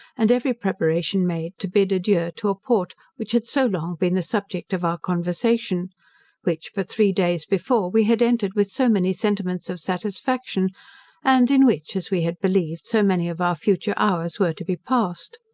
and every preparation made to bid adieu to a port which had so long been the subject of our conversation which but three days before we had entered with so many sentiments of satisfaction and in which, as we had believed, so many of our future hours were to be passed.